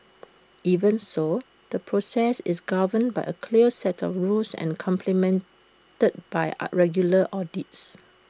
even so the process is governed by A clear set of rules and complemented by regular audits